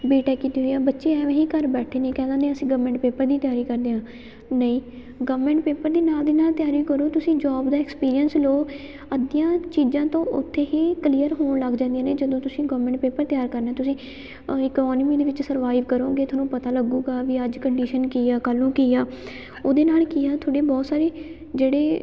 B tech ਕੀਤੀ ਹੋਈ ਆ ਬੱਚੇ ਐਵੇਂ ਹੀ ਘਰ ਬੈਠੇ ਨੇ ਕਹਿ ਦਿੰਦੇ ਆ ਅਸੀਂ ਗਵਰਮੈਂਟ ਪੇਪਰ ਦੀ ਤਿਆਰੀ ਕਰਦੇ ਹਾਂ ਨਹੀਂ ਗਵਰਮੈਂਟ ਪੇਪਰ ਦੀ ਨਾਲ ਦੀ ਨਾਲ ਤਿਆਰੀ ਕਰੋ ਤੁਸੀਂ ਜੋਬ ਦਾ ਐਕਸਪੀਰੀਅੰਸ ਲਓ ਅੱਧੀਆਂ ਚੀਜ਼ਾਂ ਤੋਂ ਉੱਥੇ ਹੀ ਕਲੀਅਰ ਹੋਣ ਲੱਗ ਜਾਂਦੀਆਂ ਨੇ ਜਦੋਂ ਤੁਸੀਂ ਗੌਰਮੈਂਟ ਪੇਪਰ ਤਿਆਰ ਕਰਨਾ ਤੁਸੀਂ ਅ ਈਕੋਨਮੀ ਦੇ ਵਿੱਚ ਸਰਵਾਈਵ ਕਰੋਗੇ ਤੁਹਾਨੂੰ ਪਤਾ ਲੱਗੂਗਾ ਵੀ ਅੱਜ ਕੰਡੀਸ਼ਨ ਕੀ ਆ ਕੱਲ੍ਹ ਨੂੰ ਕੀ ਆ ਉਹਦੇ ਨਾਲ ਕੀ ਆ ਤੁਹਾਡੇ ਬਹੁਤ ਸਾਰੇ ਜਿਹੜੇ